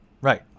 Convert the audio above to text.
Right